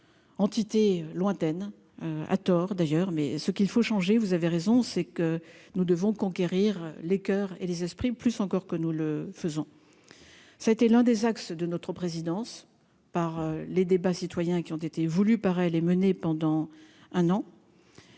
entité lointaine à tort d'ailleurs, mais ce qu'il faut changer, vous avez raison, c'est que nous devons conquérir les coeurs et les esprits, plus encore que nous le faisons, ça a été l'un des axes de notre présidence par les débats citoyens qui ont été voulues par elle est menée pendant un an,